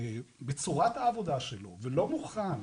בצורת העבודה שלו ולא מוכן,